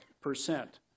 percent